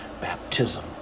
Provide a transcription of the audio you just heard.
Baptism